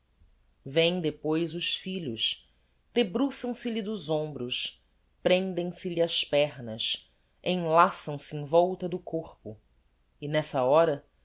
vêm depois os filhos debruçam se lhe dos hombros prendem se lhe ás pernas enlaçam se em volta do corpo e n'essa hora